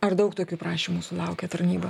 ar daug tokių prašymų sulaukė tarnyba